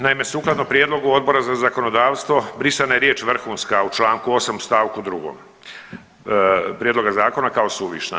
Naime, sukladno prijedlogu Odbora za zakonodavstvo brisana je riječ „vrhunska“ u čl. 8. u st. 2. prijedloga zakona kao suvišna.